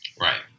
Right